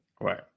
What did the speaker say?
Right